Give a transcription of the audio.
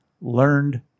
learned